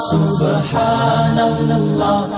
Subhanallah